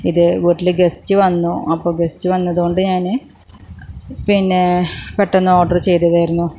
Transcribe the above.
ഇത് വീട്ടിൽ ഗസ്റ്റ് വന്നു അപ്പോൾ ഗസ്റ്റ് വന്നതുകൊണ്ട് ഞാൻ പിന്നെ പെട്ടന്ന് ഓർഡർ ചെയ്തതായിരുന്നു